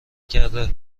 کرده